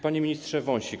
Panie Ministrze Wąsik!